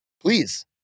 Please